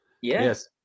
Yes